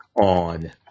on